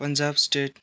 Punjab state